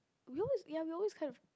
we always ya we always kind of